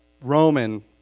Roman